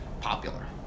popular